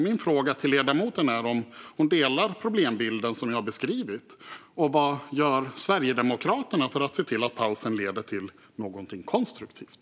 Mina frågor till ledamoten är om hon håller med om min problembeskrivning och vad Sverigedemokraterna gör för att se till att pausen leder till någonting konstruktivt.